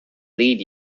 lead